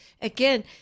again